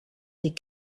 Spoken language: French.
des